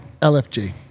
LFG